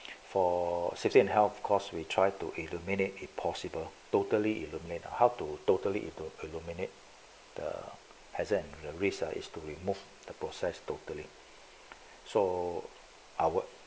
for safety and health cause we try to eliminate if possible totally eliminate ah how to totally eliminate the hazard and risk is to remove the process totally so our